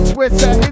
Twitter